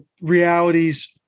realities